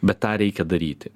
bet tą reikia daryti